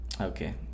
okay